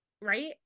right